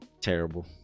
terrible